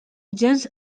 gens